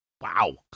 Wow